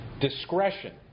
Discretion